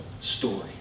story